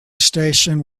station